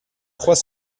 trois